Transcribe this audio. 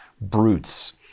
brutes